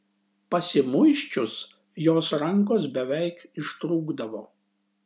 pasimuisčius jos rankos beveik ištrūkdavo